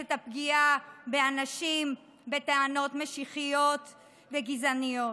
את הפגיעה באנשים בטענות משיחיות וגזעניות.